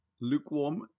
lukewarm